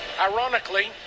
Ironically